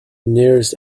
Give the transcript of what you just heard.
nearest